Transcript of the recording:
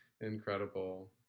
Incredible